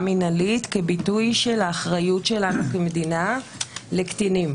המינהלית כביטוי של אחריות שלנו כמדינה לקטינים.